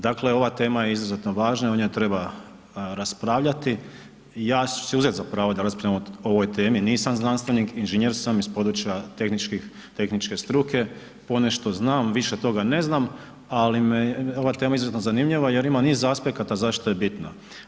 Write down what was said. Dakle, ova tema je izuzetno važna o njoj treba raspravljati, ja ću si uzeti za pravo da raspravljam o ovoj temi, nisam znanstvenik, inženjer sam iz područja tehničke struke, ponešto znam, više toga ne znam, ali mi je ova tema izuzetno zanimljiva jer ima niz aspekata zašto je bitna.